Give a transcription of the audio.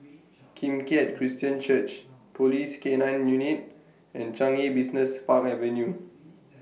Kim Keat Christian Church Police K nine Unit and Changi Business Park Avenue